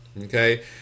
okay